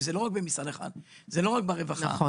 כי הרי זה לא נמצא רק במשרד אחד זה לא רק ברווחה או